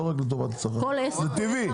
זה טבעי,